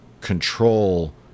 control